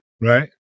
Right